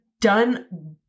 done